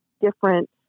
different